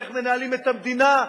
ואיך מנהלים את המדינה.